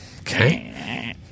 Okay